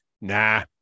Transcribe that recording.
nah